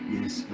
Yes